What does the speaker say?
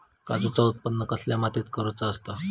काजूचा उत्त्पन कसल्या मातीत करुचा असता?